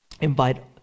invite